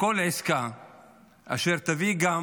כל עסקה אשר תביא גם